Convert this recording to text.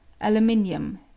aluminium